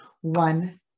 One